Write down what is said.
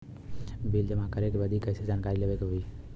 Bill जमा करे बदी कैसे जानकारी लेवे के होई?